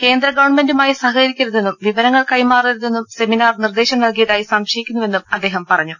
കേന്ദ്ര ഗവൺമെന്റുമായി സഹകരിക്കരുതെന്നും വിവരങ്ങൾ കൈമാറരുതെന്നും സെമിനാർ നിർദേശം നൽകിയതായി സംശയിക്കുന്നുവെന്നും അദ്ദേഹം പറ ഞ്ഞു